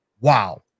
Wow